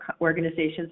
organizations